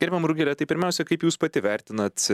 irmam rugile tai pirmiausia kaip jūs pati vertinat